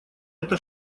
это